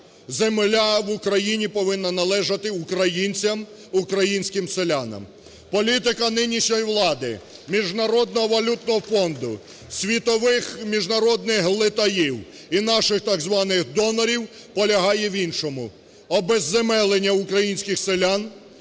земля в Україні повинна належати українцям, українським селянам. Політика нинішньої влади, Міжнародного валютного фонду, світових міжнародних глитаїв і наших так званих донорів полягає в іншому: обезземелення українських селян,